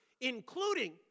Including